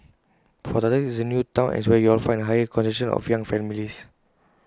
for starters IT is A new Town and it's where you'll find A higher concentration of young families